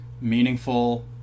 meaningful